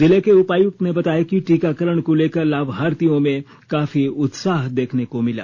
जिले के उपायुक्त ने बताया कि टीकाकरण को लेकर लाभार्थियों में काफी उत्साह देखने को मिला